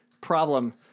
problem